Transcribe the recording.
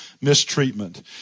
mistreatment